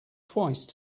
twice